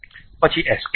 પછી એસ્કેપ દબાવો